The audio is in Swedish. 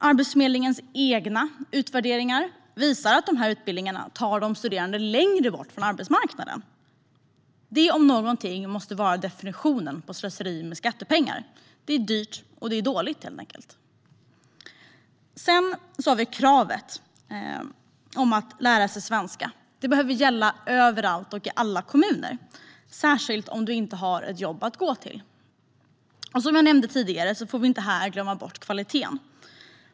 Arbetsförmedlingens egna utvärderingar visar att dessa utbildningar tar de studerande längre bort från arbetsmarknaden. Detta om någonting måste vara definitionen på slöseri med skattepengar. Det är helt enkelt dyrt och dåligt. Kravet på att lära sig svenska bör gälla överallt och i alla kommuner, särskilt om man inte har ett jobb att gå till. Som jag nämnde tidigare får vi inte heller här glömma bort kvaliteten.